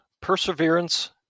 perseverance